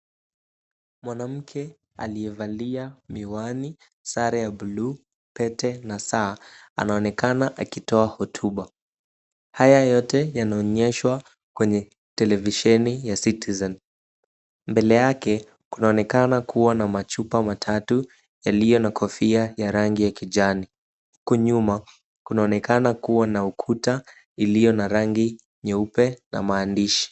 Mwanamke aliyevalia miwani, sare ya buluu, pete na saa anaonekana akitoa hotuba. Haya yote yanaonyeshwa kwenye televisheni ya Citizen. Mbele yake kunaonekana kuwa na machupa matatu yaliyo na kofia ya rangi ya kijani. Huku nyuma kunaonekana kuwa na ukuta iliyo na rangi nyeupe na maandishi.